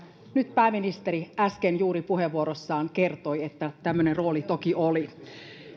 nyt pääministeri äsken juuri puheenvuorossaan kertoi että tämmöinen rooli toki oli